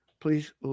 please